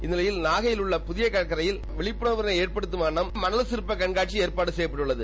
இந்த நிலையில் நாகையில் உள்ள கடற்கரையில் விழிப்புணர்வினை ஏற்படுத்தும் வண்ணம் பிரமாண்டமான மணல் சிற்பக் கண்காட்சி ஏற்பாடு செய்யப்பட்டுள்ளது